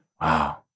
Wow